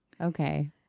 Okay